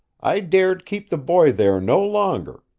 i dared keep the boy there no longer,